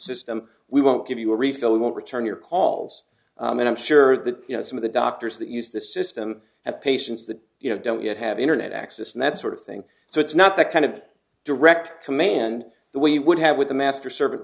system we won't give you a refill we won't return your calls and i'm sure that you know some of the doctors that use the system at patients that you know don't yet have internet access and that sort of thing so it's not the kind of direct command the way you would have with a master servant